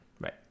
Right